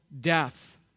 death